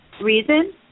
Reason